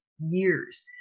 years